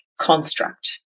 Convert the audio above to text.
construct